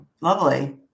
lovely